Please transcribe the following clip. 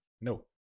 No